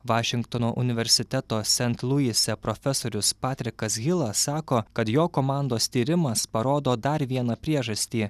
vašingtono universiteto sent luise profesorius patrikas hilas sako kad jo komandos tyrimas parodo dar vieną priežastį